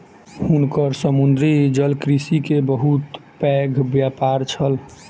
हुनकर समुद्री जलकृषि के बहुत पैघ व्यापार छल